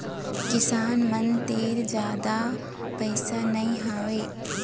किसान मन तीर जादा पइसा नइ होवय